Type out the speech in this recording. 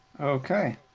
okay